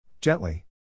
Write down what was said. Gently